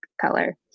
color